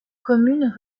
commune